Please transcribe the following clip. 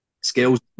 skills